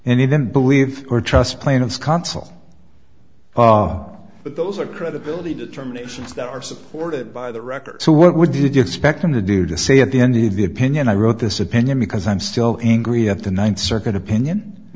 then believe or trust plaintiff's consul but those are credibility determinations that are supported by the record so what would you expect them to do to say at the end of the opinion i wrote this opinion because i'm still angry at the ninth circuit opinion